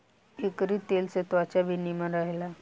एकरी तेल से त्वचा भी निमन रहेला